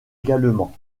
également